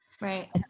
right